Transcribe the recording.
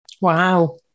Wow